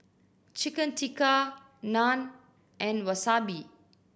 Chicken Tikka Naan and Wasabi